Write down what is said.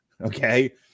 okay